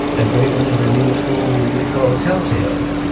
a great one is a new tool we call telltale,